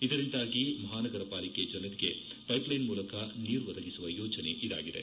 ಇದರಿಂದಾಗಿ ಮಹಾನಗರ ಪಾಲಿಕೆ ಜನರಿಗೆ ಪೈಪ್ಲೈನ್ ಮೂಲಕ ನೀರು ಒದಗಿಸುವ ಯೋಜನೆ ಇದಾಗಿದೆ